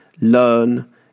learn